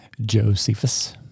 Josephus